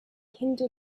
hindu